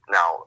Now